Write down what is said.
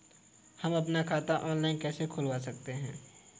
हम अपना खाता ऑनलाइन कैसे खुलवा सकते हैं?